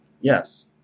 yes